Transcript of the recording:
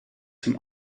zum